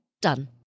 Done